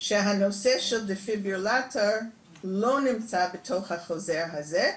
הנושא של דפיברילטור לא נמצא בתוך החוזה הזה,